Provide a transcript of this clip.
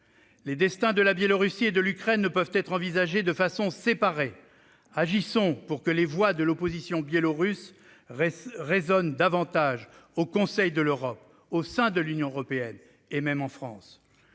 Les destins de la Biélorussie et de l'Ukraine ne peuvent être envisagés de façon séparée. Agissons pour que les voix de l'opposition biélorusse résonnent davantage au Conseil de l'Europe, au sein de l'Union européenne et même en France.